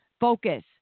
focus